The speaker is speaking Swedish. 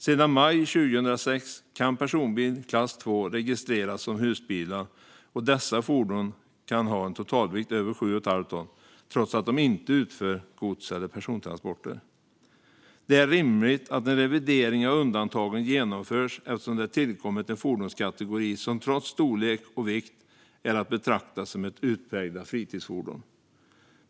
Sedan maj 2006 kan personbilar i klass II registreras som husbilar, och dessa fordon kan ha en totalvikt över sju och ett halvt ton trots att de inte utför gods eller persontransporter. Det är rimligt att en revidering av undantagen genomförs eftersom det tillkommit en fordonskategori som trots storlek och vikt är att betrakta som ett utpräglat fritidsfordon.